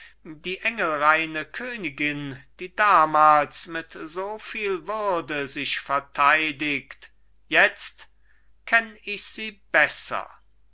die engelreine königin die damals mit soviel würde sich verteidigt jetzt kenn ich sie besser